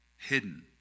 hidden